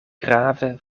grave